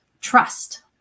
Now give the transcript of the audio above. trust